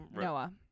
Noah